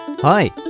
Hi